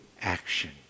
action